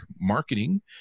marketing